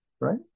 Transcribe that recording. right